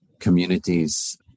communities